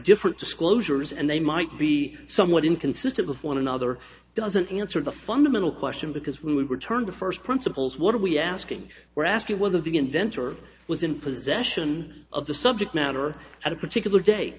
different disclosures and they might be somewhat inconsistent with one another doesn't answer the fundamental question because we were turned to first principles what are we asking we're asking whether the inventor was in possession of the subject matter at a particular da